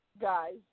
guys